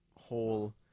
whole